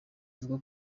avuga